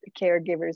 caregivers